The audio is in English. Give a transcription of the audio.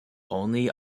only